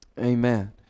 Amen